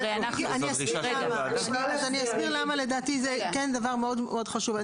אז אני אסביר למה לדעתי זה כן דבר מאוד מאוד חשוב.